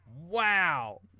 Wow